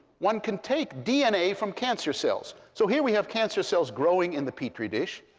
one can take dna from cancer cells so here we have cancer cells growing in the petri dish.